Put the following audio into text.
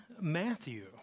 Matthew